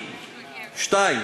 שנית,